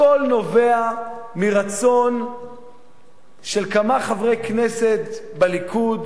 הכול נובע מרצון של כמה חברי כנסת בליכוד